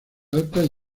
altas